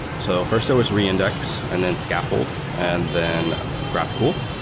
so first it was reindex, and then scaffold, and then graphcool.